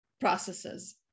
processes